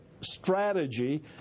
strategy